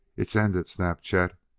is ended! snapped chet.